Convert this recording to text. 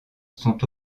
sont